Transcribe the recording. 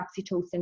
oxytocin